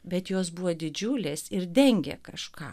bet jos buvo didžiulės ir dengė kažką